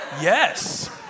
Yes